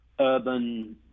urban